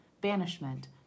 banishment